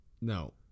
No